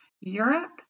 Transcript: Europe